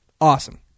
Awesome